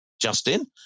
Justin